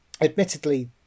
admittedly